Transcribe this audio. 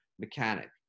mechanic